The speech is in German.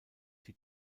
die